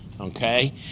okay